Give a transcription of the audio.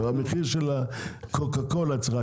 המחיר של הקוקה קולה שלך,